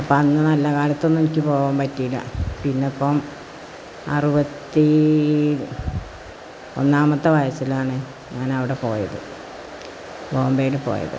അപ്പോള് അന്ന് നല്ല കാലത്തൊന്നും എനിക്ക് പോകാൻ പറ്റിയില്ല പിന്നപ്പോള് അറുപത്തി ഒന്നാമത്തെ വയസിലാണ് ഞാനവിടെ പോയത് ബോംബെയില് പോയത്